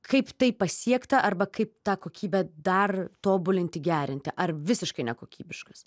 kaip tai pasiekta arba kaip tą kokybę dar tobulinti gerinti ar visiškai nekokybiškas